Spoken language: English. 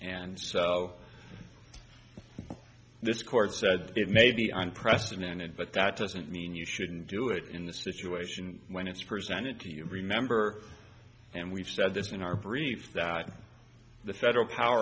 and so this court said it may be unprecedented but that doesn't mean you shouldn't do it in this situation when it's presented to you remember and we've said this in our brief that the federal power